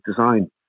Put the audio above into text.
design